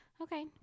Okay